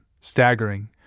staggering